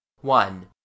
One